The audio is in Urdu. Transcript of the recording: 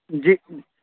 جی